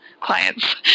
clients